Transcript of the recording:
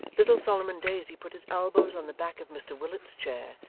little solomon daisy put his elbows on the back of mr willet's chair,